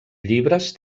llibres